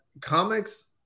comics